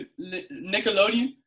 Nickelodeon